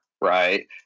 right